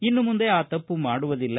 ಇನ್ನು ಮುಂದೆ ಆ ತಪ್ಪು ಮಾಡುವುದಿಲ್ಲ